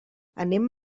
anem